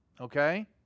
Okay